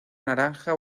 naranja